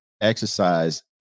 exercise